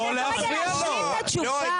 אפשר לתת לו להשלים את התשובה?